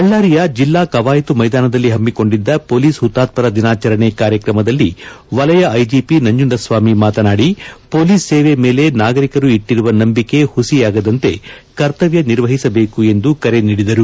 ಬಳ್ದಾರಿಯ ಜಿಲ್ಲಾ ಕವಾಯತು ಮೈದಾನದಲ್ಲಿ ಹಮ್ಗಿಕೊಂಡಿದ್ದ ಹೊಲೀಸ್ ಹುತಾತ್ತರ ದಿನಾಚರಣೆ ಕಾರ್ಯಕ್ರಮದಲ್ಲಿ ವಲಯ ಐಟಿಪಿ ನಂಜುಂಡಸ್ವಾಮಿ ಮಾತನಾಡಿ ಪೊಲೀಸ್ ಸೇವೆ ಮೇಲೆ ನಾಗರಿಕರು ಇಟ್ವರುವ ನಂಬಿಕೆ ಹುಸಿಯಾಗದಂತೆ ಕರ್ತವ್ನ ನಿರ್ವಹಿಸಬೇಕು ಎಂದು ಕರೆ ನೀಡಿದರು